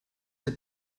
had